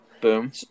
Boom